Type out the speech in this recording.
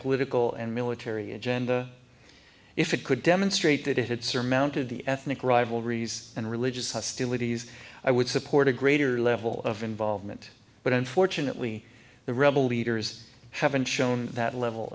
political and military agenda if it could demonstrate that it had surmounted the ethnic rivalries and religious hostilities i would support a greater level of involvement but unfortunately the rebel leaders haven't shown that level